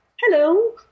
Hello